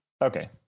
Okay